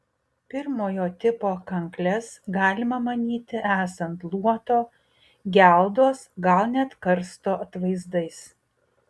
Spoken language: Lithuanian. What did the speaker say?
pirmojo tipo kankles galima manyti esant luoto geldos gal net karsto atvaizdais